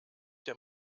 der